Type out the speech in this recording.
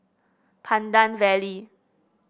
Pandan Valley